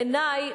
בעיני,